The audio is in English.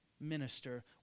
minister